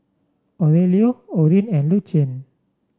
Aurelio Orin and Lucien